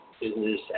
business